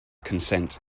consent